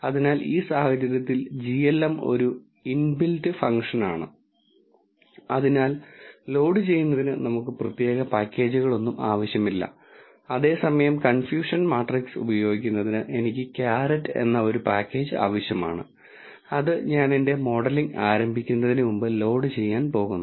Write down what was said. അതിനാൽ ഈ സാഹചര്യത്തിൽ glm ഒരു ഇൻബിൽറ്റ് ഫംഗ്ഷനാണ് അതിനാൽ ലോഡുചെയ്യുന്നതിന് നമുക്ക് പ്രത്യേക പാക്കേജുകളൊന്നും ആവശ്യമില്ല അതേസമയം കൺഫ്യൂഷൻ മാട്രിക്സ് ഉപയോഗിക്കുന്നതിന് എനിക്ക് ക്യാരറ്റ് എന്ന ഒരു പാക്കേജ് ആവശ്യമാണ് അത് ഞാൻ എന്റെ മോഡലിംഗ് ആരംഭിക്കുന്നതിന് മുമ്പ് ലോഡുചെയ്യാൻ പോകുന്നു